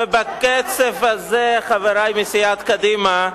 ובקצב הזה, חברי מסיעת קדימה,